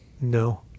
No